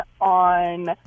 on